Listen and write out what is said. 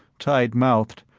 tight-mouthed,